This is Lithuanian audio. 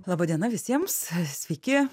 laba diena visiems sveiki